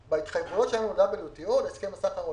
בהתחייבויות שלנו ל-WTO, להסכם הסחר העולמי,